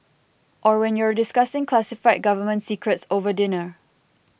or when you're discussing classified government secrets over dinner